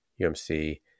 UMC